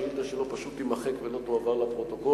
השאילתא שלו פשוט תימחק ולא תועבר לפרוטוקול.